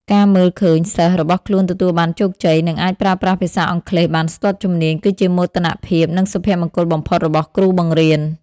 ការមើលឃើញសិស្សរបស់ខ្លួនទទួលបានជោគជ័យ និងអាចប្រើប្រាស់ភាសាអង់គ្លេសបានស្ទាត់ជំនាញ គឺជាមោទនភាព និងសុភមង្គលបំផុតរបស់គ្រូបង្រៀន។